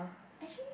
actually